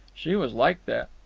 she was like that.